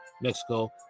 Mexico